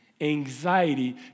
anxiety